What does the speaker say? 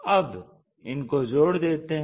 अब इनको जोड़ देते हैं